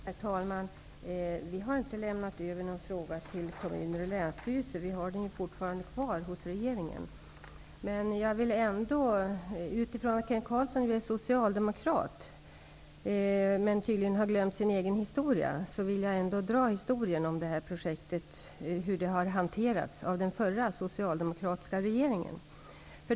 Herr talman! Vi har inte lämnat över någon fråga till kommuner och länsstyrelse. Vi har den ju fortfarande kvar hos regeringen. Utifrån att Kent Carlsson ju är socialdemokrat men tydligen har glömt sin egen historia vill jag ändå dra historien om hur det här projektet har hanterats av den förra, socialdemokratiska regeringen.